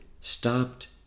stopped